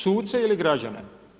Suce ili građane?